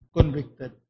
Convicted